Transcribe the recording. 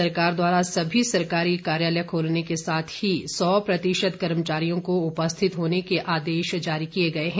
सरकार द्वारा सभी सरकारी कार्यालय खोलने के साथ ही सौ प्रतिशत कर्मचारियों को उपस्थित होने के आदेश जारी किए गए हैं